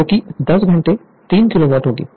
जोकि 10 घंटे 3 किलोवाट होगी